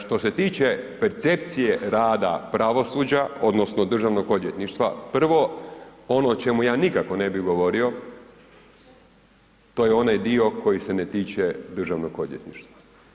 Što se tiče percepcije rada pravosuđa odnosno državnog odvjetništva, prvo ono o čemu ja nikako ne bi govorio to je onaj dio koji se ne tiče državnog odvjetništva.